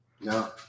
No